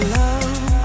love